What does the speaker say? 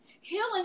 Healing